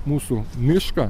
mūsų mišką